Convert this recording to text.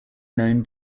known